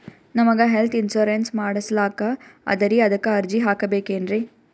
ನಮಗ health insurance ಮಾಡಸ್ಲಾಕ ಅದರಿ ಅದಕ್ಕ ಅರ್ಜಿ ಹಾಕಬಕೇನ್ರಿ?